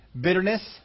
Bitterness